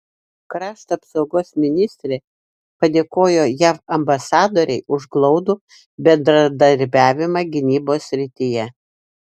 krašto apsaugos ministrė padėkojo jav ambasadorei už glaudų bendradarbiavimą gynybos srityje